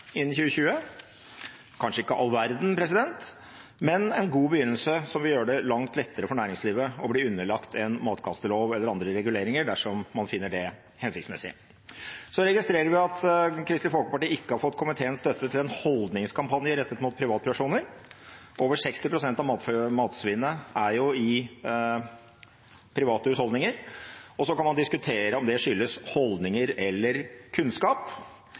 innen 2020. Det er kanskje ikke all verden, men en god begynnelse, som vil gjøre det langt lettere for næringslivet å bli underlagt en matkastelov eller andre reguleringer, dersom man finner det hensiktsmessig. Så registrerer vi at Kristelig Folkeparti ikke har fått komiteens støtte til en holdningskampanje rettet mot privatpersoner. Over 60 pst. av matsvinnet er jo i private husholdninger. Man kan diskutere om det skyldes holdninger eller kunnskap,